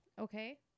Okay